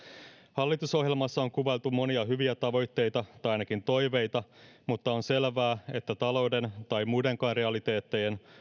hallitusohjelmassa on kuvailtu monia hyviä tavoitteita tai ainakin toiveita mutta on selvää että talouden tai muidenkaan realiteettien